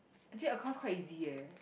actually accounts quite easy leh